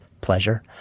pleasure